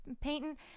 painting